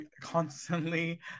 constantly